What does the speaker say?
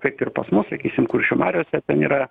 kad ir pas mus sakysim kuršių mariose ten yra